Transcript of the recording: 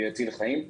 ויציל חיים.